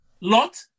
Lot